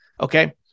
Okay